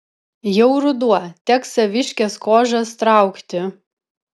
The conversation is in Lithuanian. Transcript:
jau ruduo teks saviškes kožas traukti